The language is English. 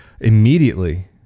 immediately